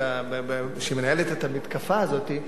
כשהיא מנהלת את המתקפה הזאת,